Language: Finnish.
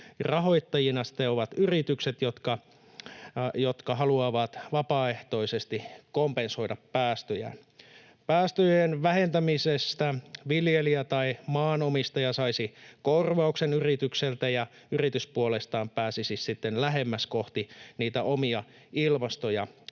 rahoittajina sitten ovat yritykset, jotka haluavat vapaaehtoisesti kompensoida päästöjään. Päästöjen vähentämisestä viljelijä tai maanomistaja saisi korvauksen yritykseltä, ja yritys puolestaan pääsisi sitten lähemmäs kohti niitä omia ilmasto-